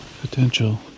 potential